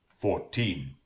fourteen